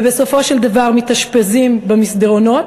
ובסופו של דבר מתאשפזים במסדרונות.